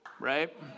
Right